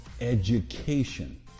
education